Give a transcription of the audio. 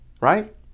right